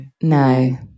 No